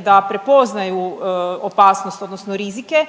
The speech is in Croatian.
da prepoznaju opasnost odnosno rizike.